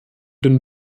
den